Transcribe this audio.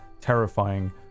terrifying